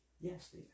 yes